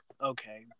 okay